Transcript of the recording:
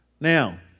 Now